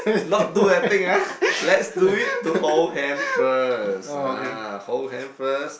not do that thing ah let's do it to hold hand first ah hold hand first